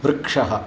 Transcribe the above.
वृक्षः